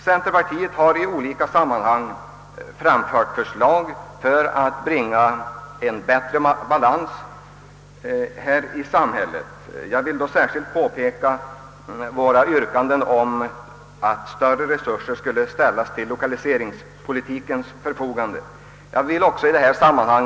Centerpartiet har i olika sammanhang framfört förslag i syfte att åstadkomma en bättre balans. Jag vill särskilt påminna om våra yrkanden att större resurser skall ställas till lokaliseringspolitikens förfogande, vilket bl.a. skulle avlasta trycket på expansionsregionerna.